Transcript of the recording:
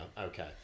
Okay